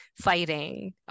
fighting